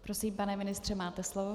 Prosím, pane ministře, máte slovo.